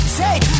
take